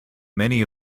many